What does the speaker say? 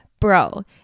bro